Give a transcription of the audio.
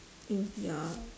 oh ya